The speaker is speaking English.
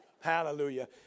hallelujah